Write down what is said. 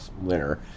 winter